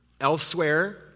elsewhere